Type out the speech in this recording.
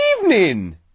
evening